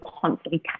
constantly